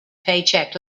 paycheck